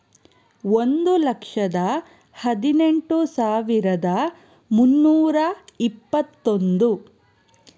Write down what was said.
ಒಂದು ಲಕ್ಷದ ಹದಿನೆಂಟು ಸಾವಿರದ ಮುನ್ನೂರ ಇಪ್ಪತ್ತೊಂದು